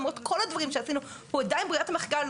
למרות כל הדברים שעשינו, הוא עדיין ברירת המחדל.